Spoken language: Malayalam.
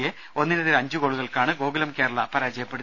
സിയെ ഒന്നിനെതിരെ അഞ്ച് ഗോളുകൾക്കാണ് ഗോകുലം കേരള പരാജയപ്പെടുത്തിയത്